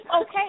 okay